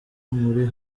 muri